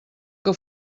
que